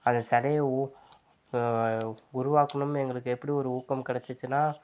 அந்த சிலைய ஓ உருவாக்கணும்னு எங்களுக்கு எப்படி ஒரு ஊக்கம் கிடச்சுச்சுனா